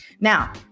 Now